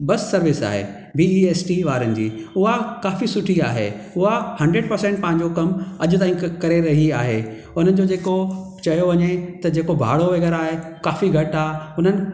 बस service आहे B E S T वारनि जी उहा काफ़ी सुठी आहे उहा हंड्रेड पर्सेंट पंहिंजो कमु अॼु ताईं करे रही आहे हुननि जो जेको चयो वञे त जेको भाड़ो वग़ैरह आहे काफ़ी घटि आहे हुननि